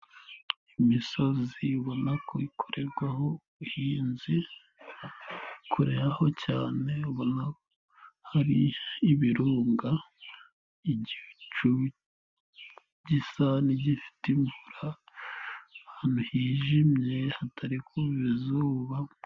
Imisozi ibona ko ikorerwaho ubuhinzi, kure yaho cyane, ubona hari ibirunga igicu gisa n'igifite imvura, ahantu hijimye, hatari kumva izuba.